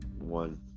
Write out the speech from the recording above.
one